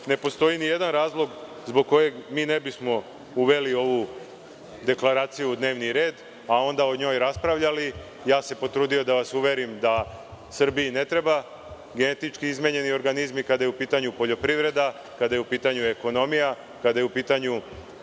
ne postoji ni jedan razlog zbog kojeg ne bismo uveli ovu deklaraciju u dnevni red, a onda o njoj i raspravljali, ja se potrudio da vas uverim da Srbiji ne trebaju genetički izmenjeni organizmi kada je u pitanju poljoprivreda, kada je u pitanju ekonomija, kada je u pitanju